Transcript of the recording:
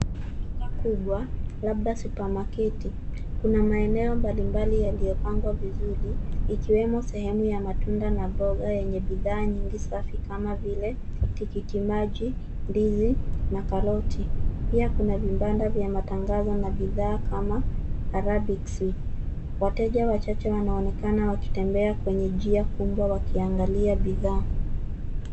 Duka kubwa labda supamaketi, kuna maeneo mbalimbali yaliyopangwa vizuri, ikiwemo sehemu ya matunda na mboga yenye bidhaa nyingi safi kama vile; tikiti maji, ndizi na karoti. Pia kuna vibanda vya matangazo na bidhaa kama Arabic sweets . Wateja wachache wanaonekana wakitembea kwenye njia kubwa wakiangalia bidhaa.